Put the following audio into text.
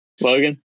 Logan